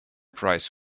price